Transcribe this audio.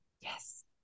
Yes